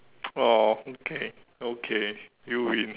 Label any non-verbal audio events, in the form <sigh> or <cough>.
<noise> !aww! okay okay you win